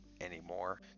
anymore